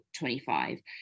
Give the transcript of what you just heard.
25